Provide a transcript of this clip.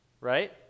right